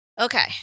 Okay